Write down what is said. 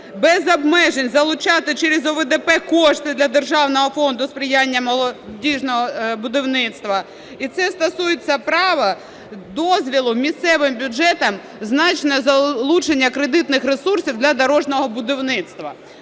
без обмежень залучати через ОВДП кошти для Державного фонду сприяння молодіжного будівництва і це стосується права, дозволу місцевим бюджетам значне залучення кредитних ресурсів для дорожнього будівництва.